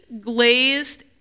glazed